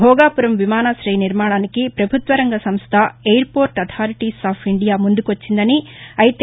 భోగాపురం విమానశయ నిర్మాణానికి ప్రభుత్వ రంగ సంస్ట ఎయిర్పోర్టు అథారిటీ ఆఫ్ ఇండియా ముందుకొచ్చిందని అయితే